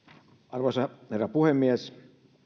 arvoisa herra puhemies